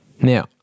Now